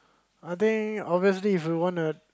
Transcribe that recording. a day obviously if we wanna